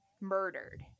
murdered